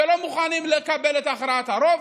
שהם לא מוכנים לקבל את הכרעת הרוב